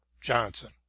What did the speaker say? Johnson